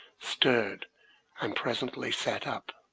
stirred and presently sat up.